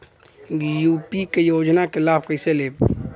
UP क योजना क लाभ कइसे लेब?